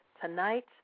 Tonight